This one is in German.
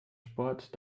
sport